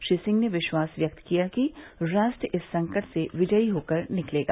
श्री सिंह ने विश्वास व्यक्त किया कि राष्ट्र इस संकट से विजयी होकर निकलेगा